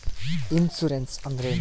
Insurance ಅಂದ್ರೇನು?